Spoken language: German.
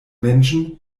menschen